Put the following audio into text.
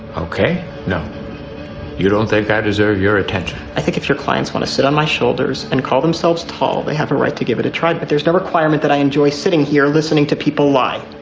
ok. no you don't think i deserve your attention. i think if your clients want to sit on my shoulders and call themselves tall they have a right to give it a try. but there's no requirement that i enjoy sitting here listening to people like